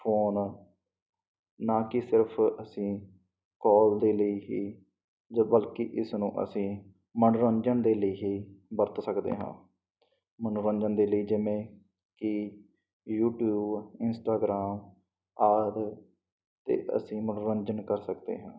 phone ਨਾ ਕਿ ਸਿਰਫ ਅਸੀਂ ਕੌਲ ਦੇ ਲਈ ਹੀ ਜਾਂ ਬਲਕੀ ਇਸ ਨੂੰ ਅਸੀਂ ਮਨੋਰੰਜਨ ਦੇ ਲਈ ਹੀ ਵਰਤ ਸਕਦੇ ਹਾਂ ਮਨੋਰੰਜਨ ਦੇ ਲਈ ਜਿਵੇਂ ਕਿ ਯੂਟਿਊਬ ਇੰਸਟਾਗ੍ਰਾਮ ਆਦਿ 'ਤੇ ਅਸੀਂ ਮਨੋਰੰਜਨ ਕਰ ਸਕਦੇ ਹਾਂ